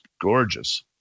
gorgeous